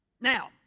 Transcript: Now